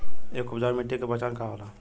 एक उपजाऊ मिट्टी के पहचान का होला?